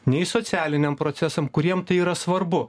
nei socialiniam procesam kuriem tai yra svarbu